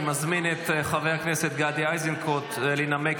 אני מזמין את חבר הכנסת גדי איזנקוט לנמק